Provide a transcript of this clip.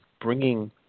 bringing